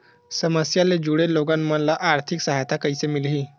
समस्या ले जुड़े लोगन मन ल आर्थिक सहायता कइसे मिलही?